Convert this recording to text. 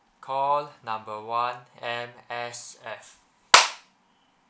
call number one M_S_F